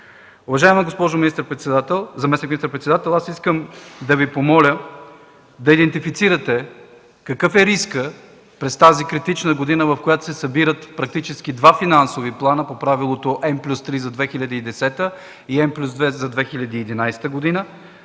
Уважаема госпожо заместник министър-председател, искам да Ви помоля да идентифицирате какъв е рискът през тази критична година, в която се събират практически два финансови плана, по правилото N+3 за 2010 и N+2 за 2011 г.